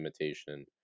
imitation